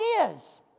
ideas